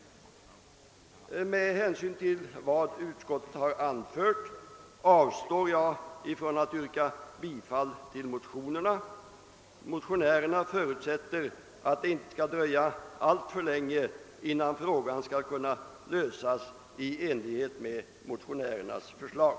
Mot bakgrunden av vad utskottet har anfört avstår jag från att yrka bifall till motionerna. Motionärerna förutsätter att det inte skall dröja alltför länge innan frågan skall kunna lösas i enlighet med deras förslag.